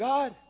God